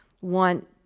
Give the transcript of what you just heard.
want